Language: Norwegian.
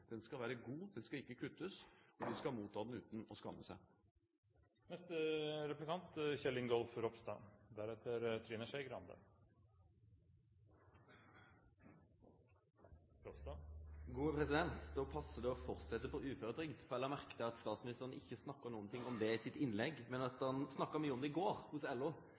Den skal være god, den skal ikke kuttes, og de skal motta den uten å skamme seg. Då passar det å fortsetje med uføretrygd. Eg la merke til at statsministeren ikkje snakka noko om det i innlegget sitt, men han snakka mykje om det i går – hos LO.